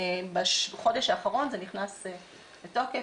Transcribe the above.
בחודש האחרון זה נכנס לתוקף.